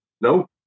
No